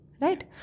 right